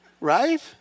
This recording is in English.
Right